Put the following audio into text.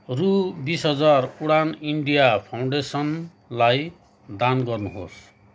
रु बिस हजार उडान इन्डिया फाउन्डेसनलाई दान गर्नुहोस्